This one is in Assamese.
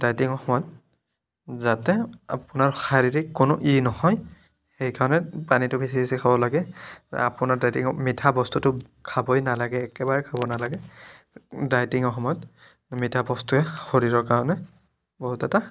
ডাইটিঙৰ সময়ত যাতে আপোনাৰ শাৰীৰিক কোনো ই নহয় সেইকাৰণে পানীটো বেছি বেছিকৈ খাব লাগে আপোনাৰ ডায়েটিঙত মিঠা বস্তুটো খাবই নালাগে একেবাৰে খাব নালাগে ডায়েটিঙৰ সময়ত মিঠা বস্তুৱে শৰীৰৰ কাৰণে বহুত এটা